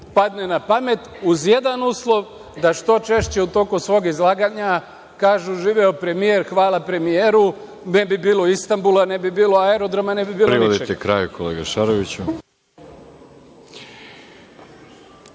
padne na pamet, uz jedan uslov da što češće u toku svog izlaganja kažu – živeo premijer, hvala premijeru, ne bi bilo Istanbula, ne bi bilo aerodroma, ne bi bilo ničega.